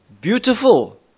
beautiful